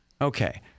Okay